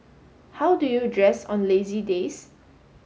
how do you dress on lazy days